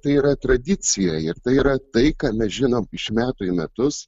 tai yra tradicija ir tai yra tai ką mes žinom iš metų į metus